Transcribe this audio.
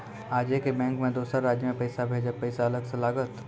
आजे के बैंक मे दोसर राज्य मे पैसा भेजबऽ पैसा अलग से लागत?